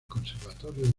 conservatorio